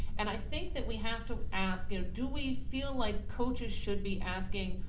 and i think that we have to ask you know, do we feel like coaches should be asking,